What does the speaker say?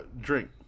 drink